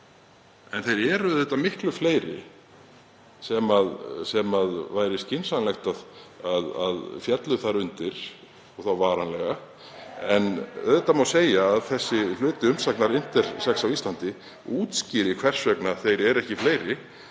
en þeir eru auðvitað miklu fleiri sem væri skynsamlegt að fella þar undir og þá varanlega. En auðvitað má segja að þessi hluti umsagnar Intersex Íslands útskýri hvers vegna þeir eru ekki fleiri